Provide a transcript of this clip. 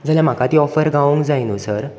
जाल्यार म्हाका ती ऑफर गावोंक जाय न्हू सर